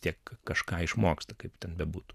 tiek kažką išmoksta kaip ten bebūtų